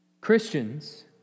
Christians